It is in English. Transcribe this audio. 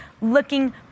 looking